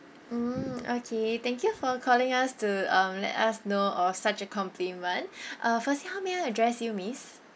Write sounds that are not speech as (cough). mm okay thank you for calling us to um let us know uh such a compliment (breath) uh firstly how may I address you miss